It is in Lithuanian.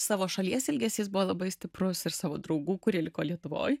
savo šalies ilgesys buvo labai stiprus ir savo draugų kurie liko lietuvoj